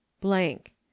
blank